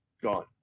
gone